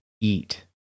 eat